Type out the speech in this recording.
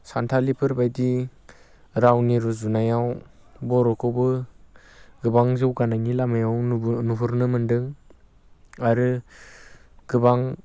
सान्थालिफोरबायदि रावनि रुजुनायाव बर'खौबो गोबां जौगानायनि लामायाव नुबोनो नुहुरनो मोन्दों आरो गोबां